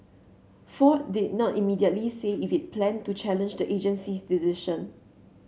ford did not immediately say if it planned to challenge the agency's decision